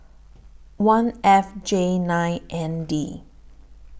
one F J nine N D